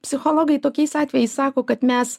psichologai tokiais atvejais sako kad mes